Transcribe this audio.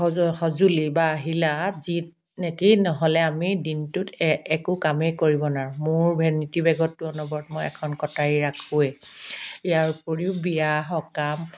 স সঁজুলি বা আহিলা যি নেকি নহ'লে আমি দিনটোত এ একো কামেই কৰিব নোৱাৰো মোৰ ভেনিটি বেগতটো অনবৰত মই এখন কটাৰী ৰাখো এ ইয়াৰ উপৰি বিয়া সকাম